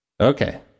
Okay